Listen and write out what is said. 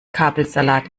kabelsalat